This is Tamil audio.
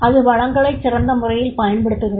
அது வளங்களைச் சிறந்த முறையில் பயன்படுத்துகிறது